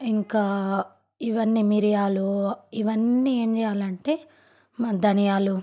ఇంక ఇవన్నీ మిరియాలు ఇవన్నీ ఏం చేయాలంటే ధనియాలు